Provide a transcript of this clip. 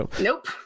Nope